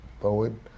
forward